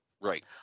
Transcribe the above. right